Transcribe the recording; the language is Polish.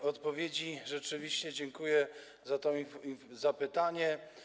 W odpowiedzi rzeczywiście dziękuję za to pytanie.